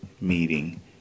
meeting